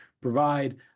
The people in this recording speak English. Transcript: provide